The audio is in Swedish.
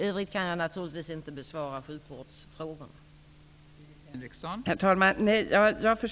Jag kan naturligtvis inte besvara sjukvårdsfrågorna i övrigt.